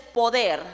poder